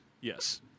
Yes